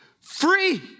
free